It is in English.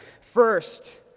First